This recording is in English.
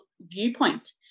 viewpoint